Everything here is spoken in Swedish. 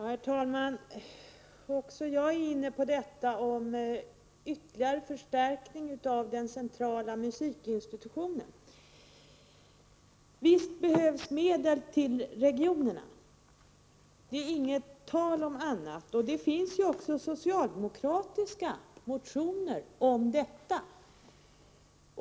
Herr talman! Också jag är inne på att ytterligare förstärka den centrala musikinstitutionen. Visst behövs medel till regionerna — det är inte tal om annat. Det finns också socialdemokratiska motioner om detta.